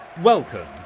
Welcome